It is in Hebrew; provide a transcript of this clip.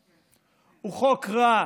הוא חוק רע